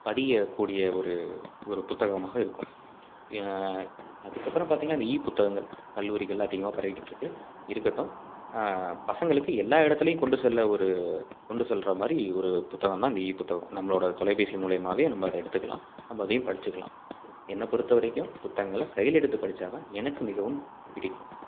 பதியக்கூடிய ஒரு ஒரு புத்தகமாக இருக்கும் அதுக்கப்புறம் பார்த்தீங்கன்னா இந்த இ புத்தகங்கள் கல்லூரிகளில் அதிகமாக பரவிக்கிட்டிருக்கு இருக்கட்டும் பசங்களுக்கு எல்லா இடத்துலையும் கொண்டு செல்ல ஒரு கொண்டு செல்கிற மாதிரி ஒரு புத்தகம்தான் இந்த இ புத்தகம் நம்மளோட தொலைபேசி மூலிமாவே நம்ம அதை எடுத்துக்கலாம் நம்ம அதையும் படிச்சுக்கலாம் என்னை பொறுத்தவரைக்கும் புத்தகங்களை கையில் எடுத்து படித்தாதான் எனக்கு மிகவும் பிடிக்கும்